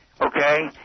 Okay